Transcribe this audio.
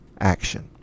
action